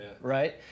right